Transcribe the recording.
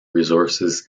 resources